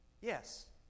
Yes